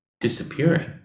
disappearing